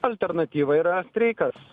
alternatyva yra streikas